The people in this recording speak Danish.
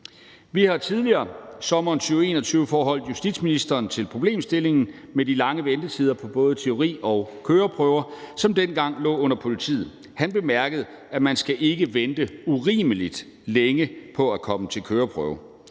Vi har tidligere i sommeren 2021 foreholdt ministeren problemstillingen med de lange ventetider på både teori- og køreprøver, som dengang lå under politiet. Han bemærkede, at man ikke skal vente urimelig længe på at komme til køreprøve.